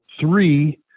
Three